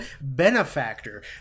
benefactor